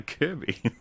Kirby